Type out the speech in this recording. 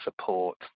support